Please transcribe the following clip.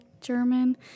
German